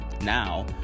Now